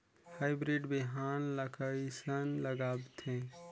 Hybrid बिहान ला कइसन लगाथे?